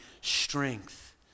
strength